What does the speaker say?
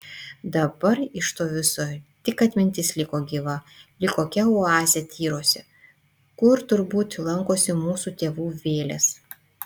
dabar iš to viso tik atmintis liko gyva lyg kokia oazė tyruose kur turbūt lankosi mūsų tėvų vėlės